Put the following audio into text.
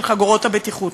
של חגורות הבטיחות.